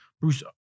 Bruce